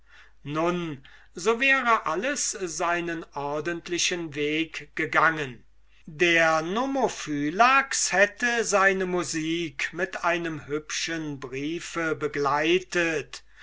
nun so wäre alles seinen ordentlichen weg gegangen der nomophylax hätte seine composition mit einem hübschen briefe begleitet